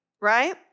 right